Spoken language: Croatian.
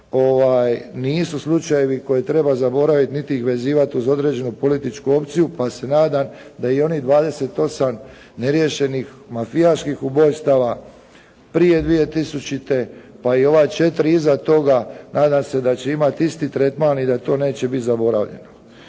nisu slučajevi koje treba zaboraviti niti ih vezivati uz određenu političku opciju. Pa se nadam da i onih 28 neriješenih mafijaških ubojstava prije 2000., pa i ova četiri iza toga, nadam se da će imati isti tretman i da to neće biti zaboravljeno.